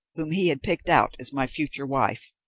whom he had picked out as my future wife.